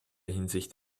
hinsicht